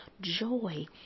joy